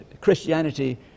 Christianity